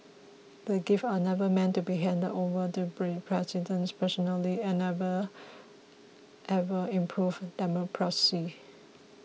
the gifts are never meant to be handed over to President personally and never ever improved diplomacy